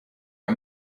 are